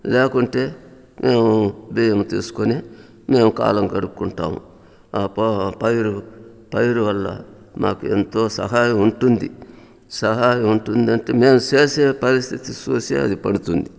లేకుంటే మేము బియ్యము తీసుకొని మేము కాలం గడుపుకుంటాము ఆ పో పైరు పైరు వల్ల మాకు ఎంతో సహాయం ఉంటుంది సహాయం ఉంటుందంటే మేము చేసే పరిస్థితి చూసి అది పడుతుంది